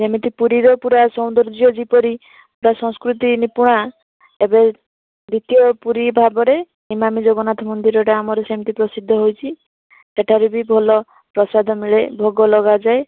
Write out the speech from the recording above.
ଯେମିତି ପୁରୀରେ ପୁରା ସୌନ୍ଦର୍ଯ୍ୟ ଯେପରି ପୁରା ସଂସ୍କୃତି ନିପୁଣା ଏବେ ଦ୍ଵିତୀୟ ପୁରୀ ଭାବରେ ଇମାମି ଜଗନ୍ନାଥ ମନ୍ଦିରଟା ଆମର ଯେମିତି ପ୍ରସିଦ୍ଧ ହୋଇଛି ସେଠାରେ ବି ଭଲ ପ୍ରସାଦ ମିଳେ ଭୋଗ ଲଗାଯାଏ